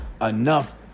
enough